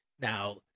Now